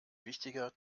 wichtiger